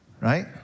right